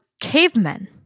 cavemen